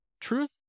Truth